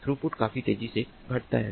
throughput काफी तेजी से घटता है